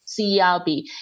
CERB